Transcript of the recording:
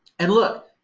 and look.